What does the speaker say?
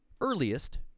earliest